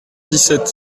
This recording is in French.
sept